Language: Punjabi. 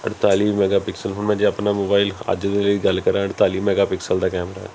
ਅਠਤਾਲੀ ਮੈਗਾਪਿਕਸਲ ਹੁਣ ਮੈਂ ਜੇ ਆਪਣਾ ਮੋਬਾਇਲ ਅੱਜ ਦੇ ਲਈ ਗੱਲ ਕਰਾਂ ਅਠਤਾਲੀ ਮੈਗਾਪਿਕਸਲ ਦਾ ਕੈਮਰਾ